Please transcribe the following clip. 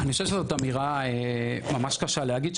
אני חושב שזאת אמירה ממש קשה להגיד,